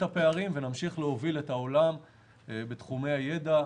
הפערים ונמשיך להוביל את העולם בתחומי הידע,